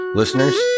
listeners